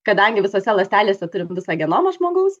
kadangi visose ląstelėse turim visą genomą žmogaus